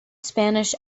spanish